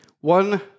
One